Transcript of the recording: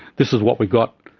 this is what we've got.